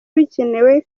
bikenewe